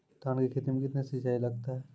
धान की खेती मे कितने सिंचाई लगता है?